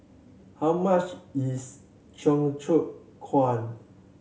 how much is